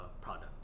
product